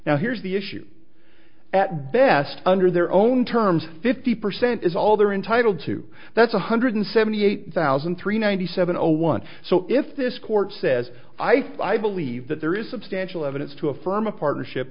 now here's the issue at best under their own terms fifty percent is all they're entitled to that's one hundred seventy eight thousand three ninety seven zero one so if this court says i think i believe that there is substantial evidence to affirm a partnership